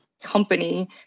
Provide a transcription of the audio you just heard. company